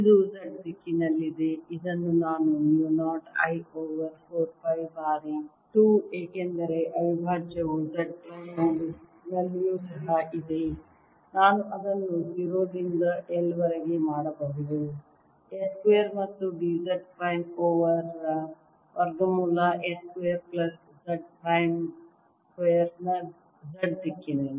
ಇದು Z ದಿಕ್ಕಿನಲ್ಲಿದೆ ಇದನ್ನು ನಾನು ಮ್ಯೂ 0 I ಓವರ್ 4 ಪೈ ಬಾರಿ 2 ಏಕೆಂದರೆ ಅವಿಭಾಜ್ಯವು Z ಪ್ರೈಮ್ ನಲ್ಲಿಯೂ ಸಹ ಇದೆ ನಾನು ಅದನ್ನು 0 ರಿಂದ L ವರೆಗೆ ಮಾಡಬಹುದು S ಸ್ಕ್ವೇರ್ ಮತ್ತು d Z ಪ್ರೈಮ್ ಓವರ್ ವರ್ಗಮೂಲ S square plus Z prime square ನ Z ದಿಕ್ಕಿನಲ್ಲಿ